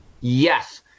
Yes